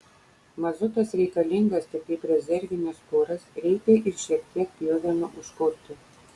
mazutas reikalingas tik kaip rezervinis kuras reikia ir šiek tiek pjuvenų užkurti